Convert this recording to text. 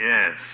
Yes